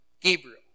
Gabriel